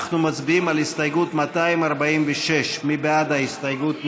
אנחנו מצביעים על הסתייגות 246. מי בעד ההסתייגות?